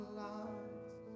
lives